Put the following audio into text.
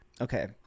okay